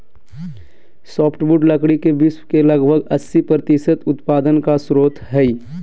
softwood लकड़ी के विश्व के लगभग अस्सी प्रतिसत उत्पादन का स्रोत हइ